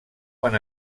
van